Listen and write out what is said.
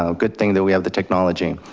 ah good thing that we have the technology.